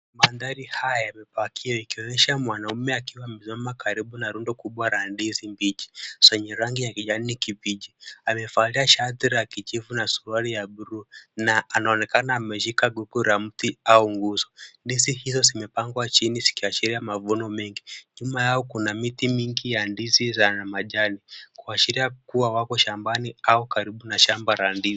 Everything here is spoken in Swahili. Mandhari haya yamepakiwa ikionyesha mwanamume akiwa amesimama karibu na rundo kubwa la ndizi mbichi zenye rangi ya kijani kibichi, amevalia shati la kijivu na suruali ya bluu na anaonekana ameshika gogo la mti au nguzo. Ndizi hizo zimepangwa chini zikiashiria mavuno mengi, nyuma yao kuna miti mingi ya ndizi za majani kuashiria kuwa wako shambani au karibu na shamba la ndizi.